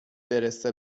برسه